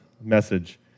message